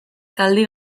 zaldi